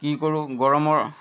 কি কৰোঁ গৰমৰ